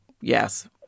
Yes